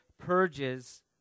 purges